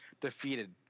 defeated